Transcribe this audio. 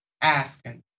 asking